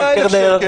מר קלנר,